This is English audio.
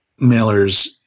mailers